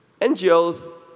NGOs